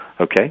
Okay